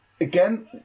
again